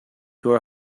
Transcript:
your